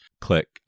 Click